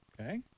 Okay